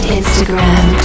instagram